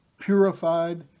purified